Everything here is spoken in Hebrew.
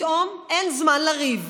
פתאום אין זמן לריב,